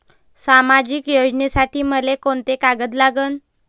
सामाजिक योजनेसाठी मले कोंते कागद लागन?